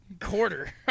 quarter